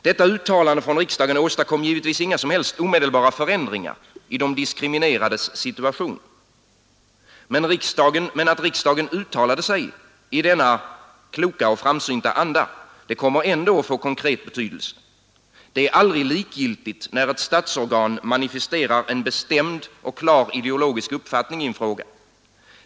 Detta uttalande från riksdagen åstadkom givetvis inga som helst omedelbara förändringar i de diskriminerades situation. Men att riksdagen uttalade sig i denna kloka och framsynta anda kommer ändå att få konkret betydelse. Det är aldrig likgiltigt när ett statsorgan manifesterar en bestämd och klar ideologisk uppfattning i en fråga.